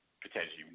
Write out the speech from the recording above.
potentially